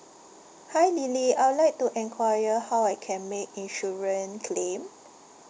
hi lily I would like to enquire how I can make insurance claim